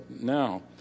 now